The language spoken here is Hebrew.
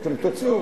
מה היא רוצה לומר?